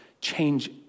change